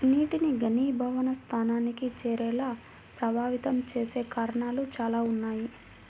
నీటిని ఘనీభవన స్థానానికి చేరేలా ప్రభావితం చేసే కారణాలు చాలా ఉన్నాయి